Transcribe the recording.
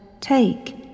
Take